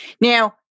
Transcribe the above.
Now